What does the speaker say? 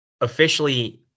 officially